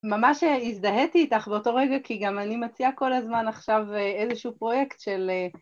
ממש אה... הזדהיתי איתך, באותו רגע, כי גם אני מציעה כל הזמן עכשיו אה... איזשהו פרויקט של אה...